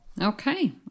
Okay